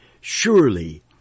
Surely